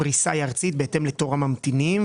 הפריסה היא ארצית בהתאם לתור הממתינים,